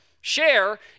share